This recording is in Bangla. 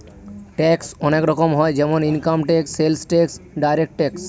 ট্যাক্স অনেক রকম হয় যেমন income tax, sales tax, direct tax